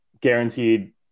guaranteed –